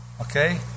okay